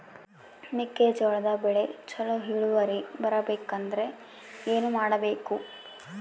ಮೆಕ್ಕೆಜೋಳದ ಬೆಳೆ ಚೊಲೊ ಇಳುವರಿ ಬರಬೇಕಂದ್ರೆ ಏನು ಮಾಡಬೇಕು?